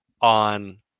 on